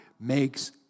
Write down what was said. makes